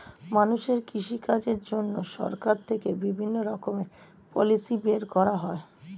মানুষের কৃষি কাজের জন্য সরকার থেকে বিভিন্ন রকমের পলিসি বের করা হয়